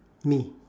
me